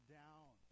down